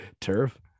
Turf